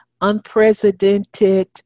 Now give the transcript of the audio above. unprecedented